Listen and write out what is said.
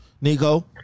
Nico